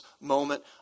moment